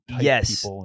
yes